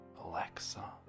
Alexa